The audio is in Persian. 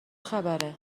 خبره